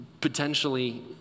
potentially